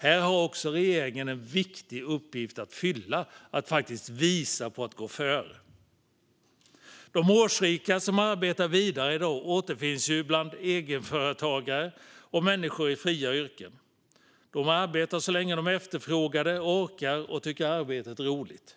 Här har också regeringen en viktig uppgift att fylla - att faktiskt visa att man går före. De årsrika som arbetar vidare i dag återfinns bland egenföretagare och människor i fria yrken. De arbetar så länge de är efterfrågade, orkar och tycker att arbetet är roligt.